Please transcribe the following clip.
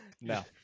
No